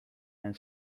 and